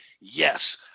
Yes